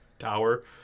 Tower